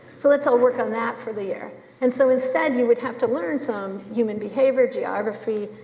so let's all work on that for the year and so instead, you would have to learn some human behavior, geography,